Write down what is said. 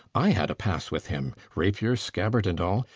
i had a pass with him, rapier, scabbard, and all,